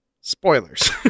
Spoilers